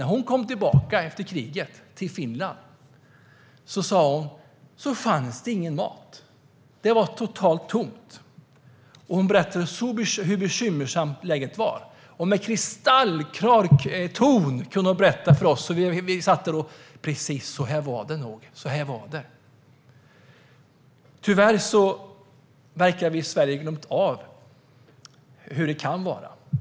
När hon kom tillbaka till Finland efter kriget fanns det ingen mat. Det var helt tomt. Hon berättade hur bekymmersamt läget var. Hon kunde med kristallklar ton berätta för oss hur det var. Tyvärr verkar vi i Sverige ha glömt bort hur det kan vara.